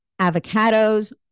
avocados